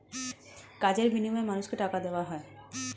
কাজের বিনিময়ে মানুষকে টাকা দেওয়া হয়